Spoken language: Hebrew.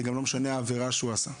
זה גם לא משנה מה העבירה שהוא עשה.